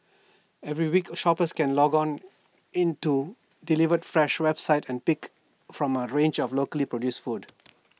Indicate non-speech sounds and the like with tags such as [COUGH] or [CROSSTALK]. every week shoppers can log on into delivered fresh website and pick from A range of locally produced foods [NOISE]